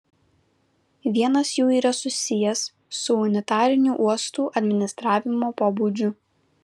vienas jų yra susijęs su unitariniu uostų administravimo pobūdžiu